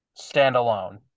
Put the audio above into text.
standalone